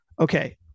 Okay